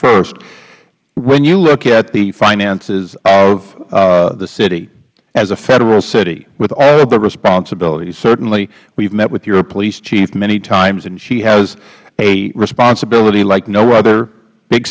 first when you look at the finances of the city as a federal city with all of the responsibilities certainly we've met with your police chief many times and she has a responsibility like no other big